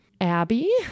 Abby